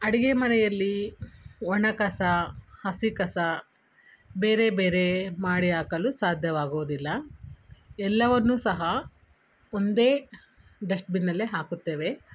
ಅಡುಗೆ ಮನೆಯಲ್ಲಿ ಒಣ ಕಸ ಹಸಿ ಕಸ ಬೇರೆ ಬೇರೆ ಮಾಡಿ ಹಾಕಲು ಸಾಧ್ಯವಾಗುವುದಿಲ್ಲ ಎಲ್ಲವನ್ನು ಸಹ ಒಂದೇ ಡಸ್ಟ್ಬಿನ್ನಲ್ಲೇ ಹಾಕುತ್ತೇವೆ